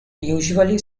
usually